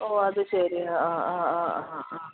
ഓ അതുശരി ആ ആ ആ ആ ആ